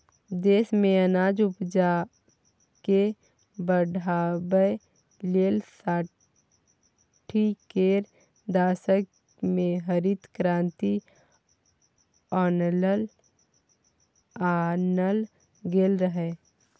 देश मे अनाज उपजाकेँ बढ़ाबै लेल साठि केर दशक मे हरित क्रांति आनल गेल रहय